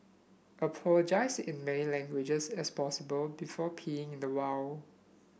apologise in many languages as possible before peeing in the wild